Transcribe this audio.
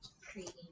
creating